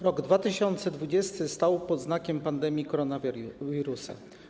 Rok 2020 stał pod znakiem pandemii koronawirusa.